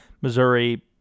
missouri